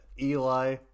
Eli